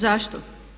Zašto?